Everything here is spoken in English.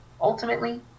ultimately